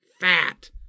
fat